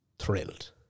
thrilled